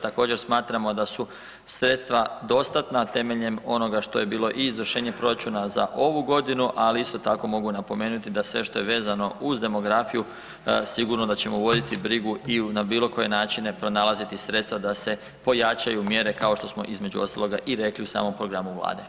Također smatramo da su sredstva dostatna temeljem onoga što je bilo i izvršenje proračuna za ovu godinu, ali isto tako mogu napomenuti da sve što je vezano uz demografiju sigurno da ćemo voditi brigu i na bilo koje načine pronalaziti sredstva da se pojačaju mjere kao što smo između ostaloga rekli u samom programu Vlade.